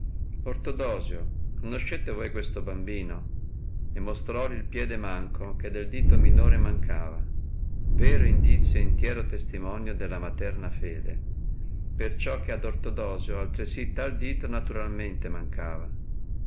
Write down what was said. ortodosio conoscete voi questo bambino e mostròli il piede manco che del dito minore mancava vero indizio e intiero testimonio della materna fede perciò che ad ortodosio altresì tal dito naturalmente mancava